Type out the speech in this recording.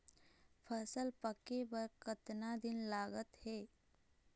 फसल पक्के बर कतना दिन लागत हे?